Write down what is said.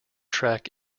track